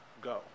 go